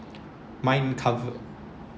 mine cover